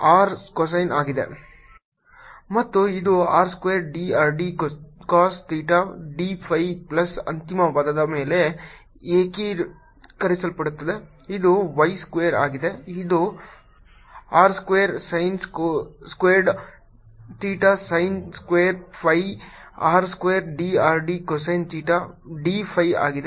ಮತ್ತು ಇದು r square d r d cos theta d phi plus ಅಂತಿಮ ಪದದ ಮೇಲೆ ಏಕೀಕರಿಸಲ್ಪಡುತ್ತದೆ ಇದು y ಸ್ಕ್ವೇರ್ ಆಗಿದೆ ಇದು r square sin squared theta sin square phi r square d r d cosine theta d phi ಆಗಿದೆ